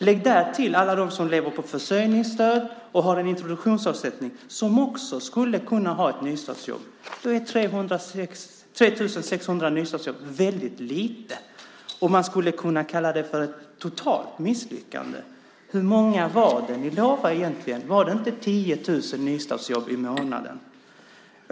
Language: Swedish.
Lägg därtill alla dem som lever på försörjningsstöd och har en introduktionsersättning som också skulle kunna ha ett nystartsjobb. Då är 3 600 nystartsjobb väldigt lite. Man skulle kunna kalla det för ett totalt misslyckande. Hur många var det ni lovade egentligen? Var det inte 10 000 nystartsjobb i månaden?